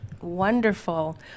Wonderful